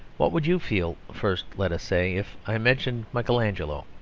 what would you feel first, let us say, if i mentioned michael angelo?